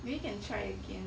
maybe can try again